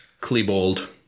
Klebold